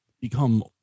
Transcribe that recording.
become